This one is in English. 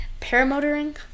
paramotoring